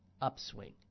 upswing